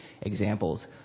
examples